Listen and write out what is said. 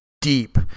deep